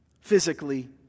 physically